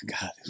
God